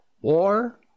War